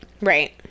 Right